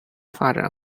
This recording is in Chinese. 发展